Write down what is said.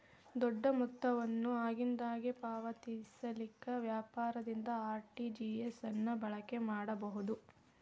ದೊಡ್ಡ ಮೊತ್ತವನ್ನು ಆಗಿಂದಾಗ ಪಾವತಿಸಲಿಕ್ಕೆ ವ್ಯಾಪಾರದಿಂದ ಆರ್.ಟಿ.ಜಿ.ಎಸ್ ಅನ್ನ ಬಳಕೆ ಮಾಡಬಹುದು